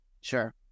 Sure